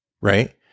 right